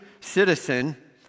citizen